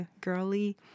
girly